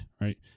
right